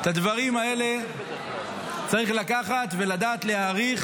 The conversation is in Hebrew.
את הדברים האלה צריך לקחת ולדעת להעריך